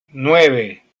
nueve